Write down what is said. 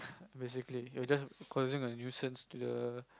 basically you are just causing a nuisance to the